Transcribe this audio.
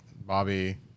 Bobby